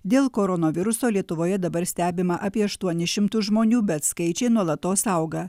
dėl koronaviruso lietuvoje dabar stebima apie aštuonis šimtus žmonių bet skaičiai nuolatos auga